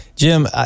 Jim